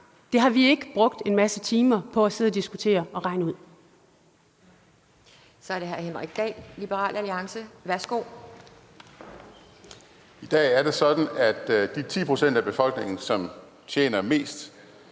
det har vi ikke brugt en masse timer på at sidde og diskutere og regne ud.